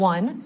One